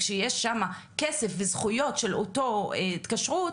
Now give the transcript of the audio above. כשיש שם כסף וזכויות של אותה התקשרות,